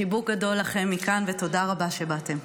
חיבוק גדול לכם מכאן ותודה רבה שבאתם.